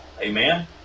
amen